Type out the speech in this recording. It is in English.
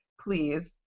please